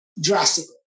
drastically